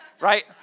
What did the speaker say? right